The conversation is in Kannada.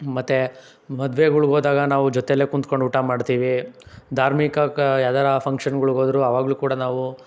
ಮತ್ತು ಮದ್ವೆಗಳುಗೆ ಹೋದಾಗ ನಾವು ಜೊತೆಯಲ್ಲೇ ಕುಂತ್ಕೊಂಡು ಊಟ ಮಾಡ್ತೀವಿ ಧಾರ್ಮಿಕ ಯಾವ್ದಾರೂ ಫಂಕ್ಷನ್ಗಳಿಗೆ ಹೋದರೂ ಅವಾಗಲೂ ಕೂಡ ನಾವು